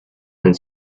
and